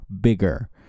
bigger